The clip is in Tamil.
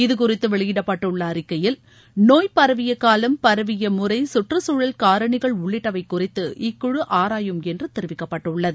இது குறித்து வெளியிடப்பட்டுள்ள அறிக்கையில் நோய் பரவிய காலம் பரவிய முறை கற்றுச்சூழல் காரணிகள் உள்ளிட்டவை குறித்து இக்குழு ஆராயும் என்று தெரிவிக்கப்பட்டுள்ளது